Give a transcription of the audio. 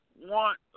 want